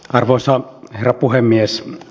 arvoisa herra puhemies